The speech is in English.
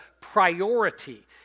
priority